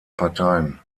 parteien